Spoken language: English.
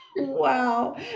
wow